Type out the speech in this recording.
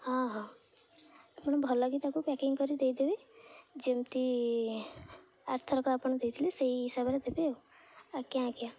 ହଁ ହଁ ଆପଣ ଭଲକି ତାକୁ ପ୍ୟାକିଂ କରି ଦେଇଦେବେ ଯେମିତି ଆରଥରକ ଆପଣ ଦେଇଥିଲେ ସେଇ ହିସାବରେ ଦେବେ ଆଉ ଆଜ୍ଞା ଆଜ୍ଞା